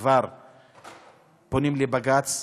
פונים לבג"ץ,